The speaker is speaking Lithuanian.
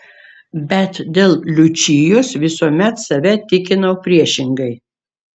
bet dėl liučijos visuomet save tikinau priešingai